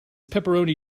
pepperoni